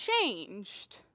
changed